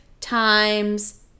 times